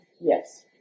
Yes